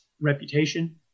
reputation